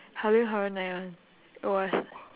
halloween horror night one it was